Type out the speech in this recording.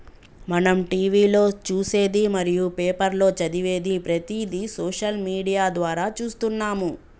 మనం టీవీలో చూసేది మరియు పేపర్లో చదివేది ప్రతిదీ సోషల్ మీడియా ద్వారా చూస్తున్నాము